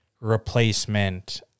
replacement